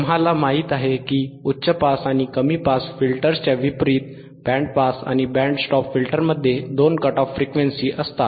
आम्हाला माहित आहे की उच्च पास आणि कमी पास फिल्टर्सच्या विपरीत बँड पास आणि बँड स्टॉप फिल्टरमध्ये दोन कट ऑफ फ्रिक्वेन्सी असतात